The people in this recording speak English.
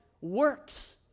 works